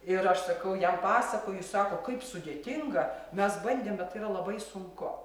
ir aš sakau jam pasakoju sako kaip sudėtinga mes bandėm bet yra labai sunku